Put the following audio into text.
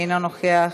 אינו נוכח,